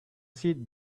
sit